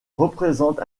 représente